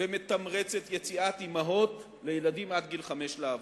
ומתמרצת יציאת אמהות לילדים עד גיל חמש לעבודה.